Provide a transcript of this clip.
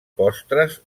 postres